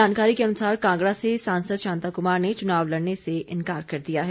जानकारी के अनुसार कांगड़ा से सांसद शांता कुमार ने चुनाव लड़ने से इन्कार कर दिया है